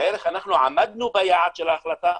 בערך אנחנו עמדנו ביעד של ההחלטה,